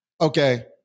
okay